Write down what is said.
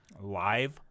Live